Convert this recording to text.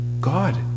God